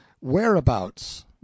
Whereabouts